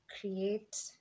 create